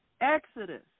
Exodus